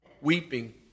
weeping